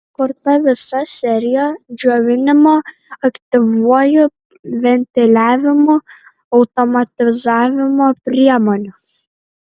sukurta visa serija džiovinimo aktyviuoju ventiliavimu automatizavimo priemonių